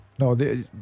No